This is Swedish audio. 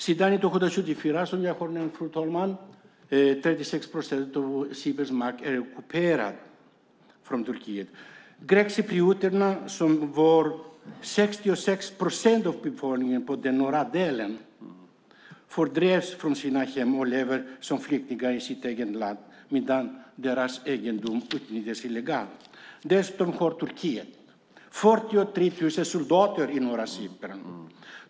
Som jag nämnde, fru talman, är 36 procent av Cyperns mark ockuperad av Turkiet sedan 1974. Grekcyprioterna som utgjorde 66 procent av befolkningen på den norra delen av ön fördrevs från sina hem. De lever nu som flyktingar i sitt eget land, och deras egendom utnyttjas illegalt. Dessutom har Turkiet 43 000 soldater i norra Cypern.